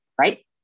right